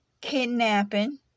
kidnapping